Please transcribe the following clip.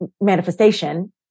manifestation